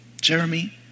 Jeremy